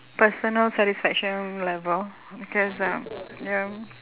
personal satisfaction level because um ya